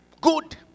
good